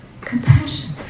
compassion